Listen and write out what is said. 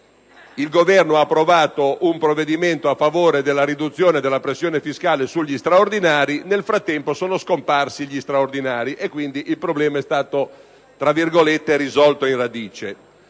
Il Governo ha approvato un provvedimento a favore della riduzione della pressione fiscale sugli straordinari; nel frattempo sono scomparsi gli straordinari, per cui il problema è stato "risolto" alla radice.